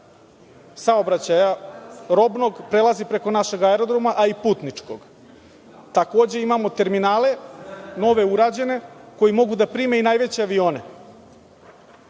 saobraćaja robnog prelazi preko našeg aerodroma, a i putničkog. Takođe, imamo terminale nove urađene koji mogu da prime i najveće avione.